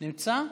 נמצא?